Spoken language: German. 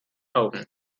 augen